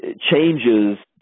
changes